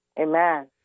Amen